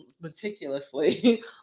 meticulously